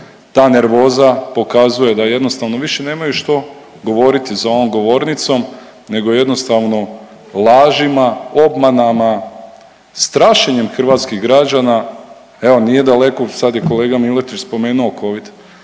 Ta nervoza pokazuje da jednostavno više nemaju što govoriti za ovom govornicom nego jednostavno lažima, obmanama, strašenjem hrvatskih građana, evo nije daleko sad je kolega Miletić spomenuo covid,